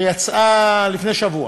שיצאה לפני שבוע,